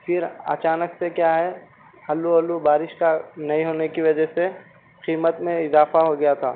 پھر اچانک سے کیا ہے ہلو ہلو بارش کا نہیں ہونے کی وجہ سے قیمت میں اضافہ ہوگیا تھا